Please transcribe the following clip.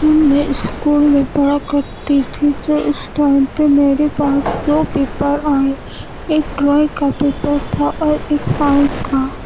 جب میں اسکول میں پڑھا کرتی تھی تو اس ٹائم پہ میرے پاس دو پیپر آئیں ایک ڈرائنگ کا پیپر تھا اور ایک سائنس کا